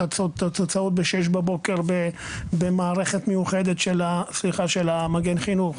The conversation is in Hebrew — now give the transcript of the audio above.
את התוצאות ב-6:00 בבוקר במערכת מיוחדת של מגן החינוך.